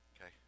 okay